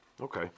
Okay